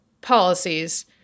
policies